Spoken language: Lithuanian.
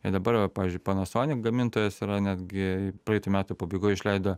ir dabar va pavyzdžiui panasonik gamintojas yra netgi praeitų metų pabaigoj išleido